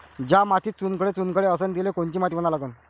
ज्या मातीत चुनखडे चुनखडे असन तिले कोनची माती म्हना लागन?